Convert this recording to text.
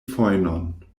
fojnon